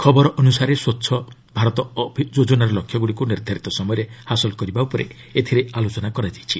ଖବର ଅନୁସାରେ ସ୍ୱଚ୍ଚ ଭାରତ ଯୋଜନାର ଲକ୍ଷ୍ୟଗୁଡ଼ିକୁ ନିର୍ଦ୍ଧାରିତ ସମୟରେ ହାସଲ କରିବା ଉପରେ ଏଥିରେ ଆଲୋଚନା ହୋଇଛି